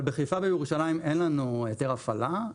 אבל בחיפה ובירושלים אין לנו היתר הפעלה,